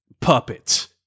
puppets